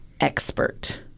expert